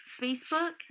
Facebook